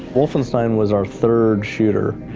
wolfenstein was our third shooter.